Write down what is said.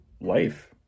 life